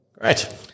Great